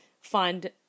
find